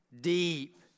deep